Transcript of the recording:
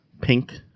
pink